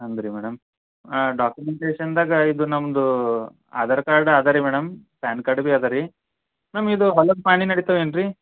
ಹಂಗೆ ರಿ ಮೇಡಮ್ ಡಾಕ್ಯುಮೆಂಟೇಷನ್ದಾಗ ಇದು ನಮ್ಮದು ಆಧಾರ್ ಕಾರ್ಡ್ ಅದು ರೀ ಮೇಡಮ್ ಪ್ಯಾನ್ ಕಾರ್ಡ್ ಭಿ ಅದು ರೀ ಮ್ಯಾಮ್ ಇದು ಹೊಲದ ಪಹಣಿ ನಡಿತವೆ ಏನು ರೀ